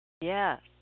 Yes